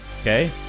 Okay